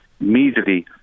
immediately